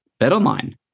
BetOnline